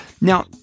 Now